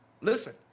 listen